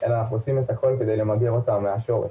אלא אנחנו עושים את הכול כדי למגר אותה מהשורש.